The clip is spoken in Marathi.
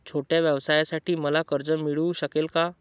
छोट्या व्यवसायासाठी मला कर्ज मिळू शकेल का?